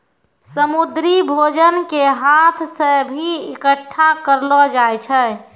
समुन्द्री भोजन के हाथ से भी इकट्ठा करलो जाय छै